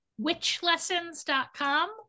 Witchlessons.com